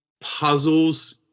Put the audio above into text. puzzles